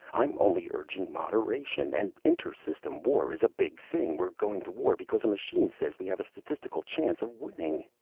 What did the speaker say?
i'm only urging moderation. an inter-system war is a big thing. we're going to war because a machine says we have a statistical chance of winning.